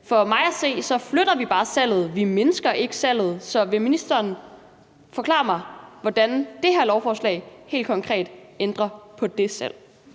For mig at se flytter vi bare salget; vi mindsker ikke salget. Så vil ministeren forklare mig, hvordan det her lovforslag helt konkret ændrer på det salg?